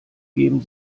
geben